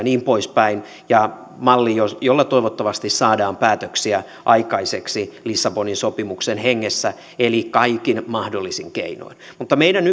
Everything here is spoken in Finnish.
niin poispäin ja malli jolla toivottavasti saadaan päätöksiä aikaiseksi lissabonin sopimuksen hengessä eli kaikin mahdollisin keinoin mutta meidän